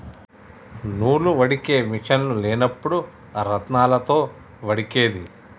నూలు వడికే మిషిన్లు లేనప్పుడు రాత్నాలతో వడికేది